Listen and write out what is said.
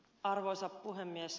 arvoisa puhemies